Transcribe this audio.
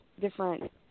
different